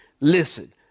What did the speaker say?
Listen